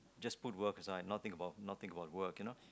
just put work aside not think about not think about work you know